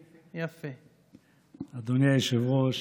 איפה אמסלם?